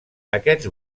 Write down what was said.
aquest